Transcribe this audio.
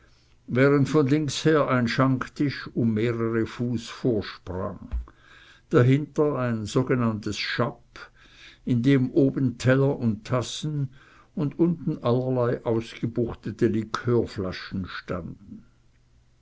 während von links her ein schanktisch um mehrere fuß vorsprang dahinter ein sogenanntes schapp in dem oben teller und tassen und unten allerhand ausgebuchtete likörflaschen standen